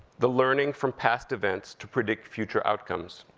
the learning from past events to predict future outcomes.